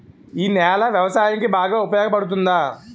ఈ నేల వ్యవసాయానికి బాగా ఉపయోగపడుతుందా?